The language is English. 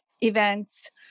events